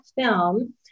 film